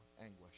anguish